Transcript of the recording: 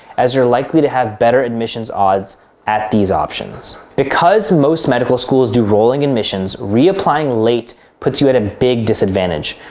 as you're likely to have better admissions odds at these options. because most medical schools do rolling admissions, reapplying late puts you at a big disadvantage.